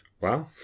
Wow